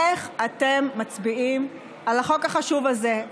איך אתם מצביעים על החוק החשוב הזה,